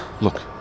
Look